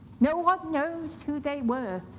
no one knows who they were.